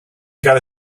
got